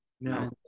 No